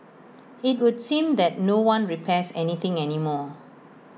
IT would seem that no one repairs any thing any more